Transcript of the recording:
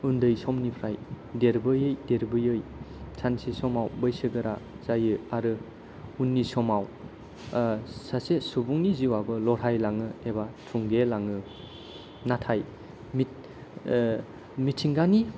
उन्दै समनिफ्राय देरबोयै देरबोयै सानसे समाव बैसोगोरा जायो आरो उननि समाव सासे सुबुंनि जिउवाबो लरहाय लाङो एबा थुंगेलाङो नाथाय मिथिंगानि